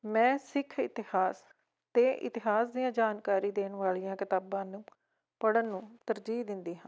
ਮੈਂ ਸਿੱਖ ਇਤਿਹਾਸ ਅਤੇ ਇਤਿਹਾਸ ਦੀਆਂ ਜਾਣਕਾਰੀ ਦੇਣ ਵਾਲੀਆਂ ਕਿਤਾਬਾਂ ਨੂੰ ਪੜ੍ਹਨ ਨੂੰ ਤਰਜੀਹ ਦਿੰਦੀ ਹਾਂ